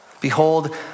behold